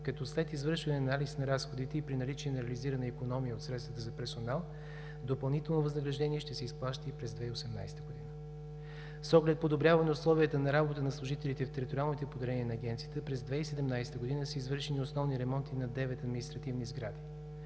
като след извършване анализ на разходите и при наличие на реализирана икономия от средствата за персонал допълнително възнаграждение ще се изплаща и през 2018 г. С оглед подобряване условията на работа на служителите в териториалните поделения на Агенцията през 2017 г. са извършени основни ремонти на девет административни сгради.